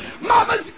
Mama's